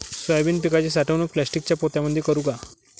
Soybean पिकाची साठवणूक प्लास्टिकच्या पोत्यामंदी करू का?